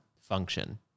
function